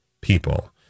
people